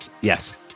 Yes